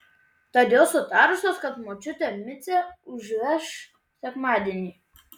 tad jos sutarusios kad močiutė micę užveš sekmadienį